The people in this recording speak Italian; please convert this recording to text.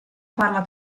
farla